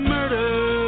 Murder